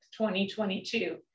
2022